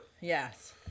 Yes